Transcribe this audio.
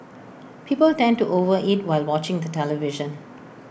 people tend to over eat while watching the television